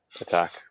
attack